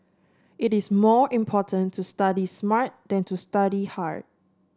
it is more important to study smart than to study hard